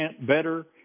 better